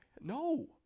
No